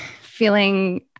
feeling